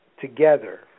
together